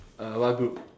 uh what group